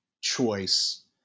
choice